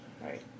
Right